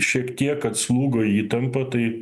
šiek tiek atslūgo įtampa tai